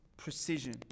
Precision